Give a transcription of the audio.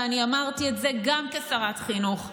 ואני אמרתי את זה גם כשרת החינוך,